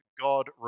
God